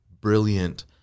brilliant